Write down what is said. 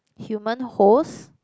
human host